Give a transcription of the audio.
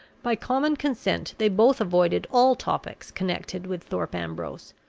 by common consent they both avoided all topics connected with thorpe ambrose,